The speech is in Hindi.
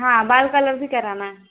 हाँ बाल कलर भी कराना है